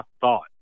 thought